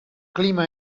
clima